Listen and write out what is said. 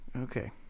Okay